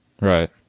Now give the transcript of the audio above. Right